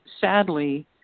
sadly